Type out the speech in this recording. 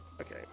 okay